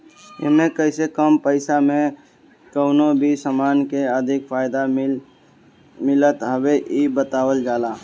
एमे कइसे कम पईसा में कवनो भी समान के अधिक फायदा मिलत हवे इ बतावल जाला